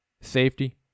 safety